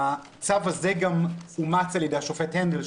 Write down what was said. הצו הזה גם אומץ על-ידי השופט הנדל,